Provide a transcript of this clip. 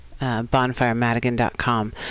bonfiremadigan.com